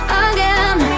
again